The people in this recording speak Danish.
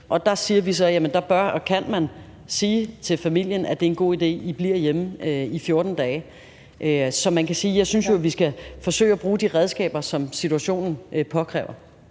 Der siger vi så, at der bør og kan man sige til familien, at det er en god idé, at de bliver hjemme i 14 dage. Jeg synes jo, at vi skal forsøge at bruge de redskaber, som situationen kræver.